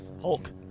Hulk